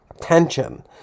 tension